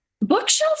Bookshelves